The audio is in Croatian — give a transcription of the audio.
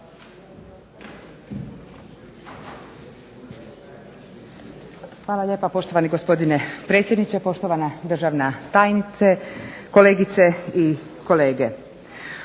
Hvala lijepa, poštovani gospodine predsjedniče. Poštovana državna tajnice, kolegice i kolege.